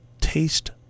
taste